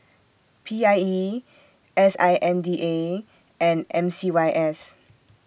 P I E S I N D A and M C Y S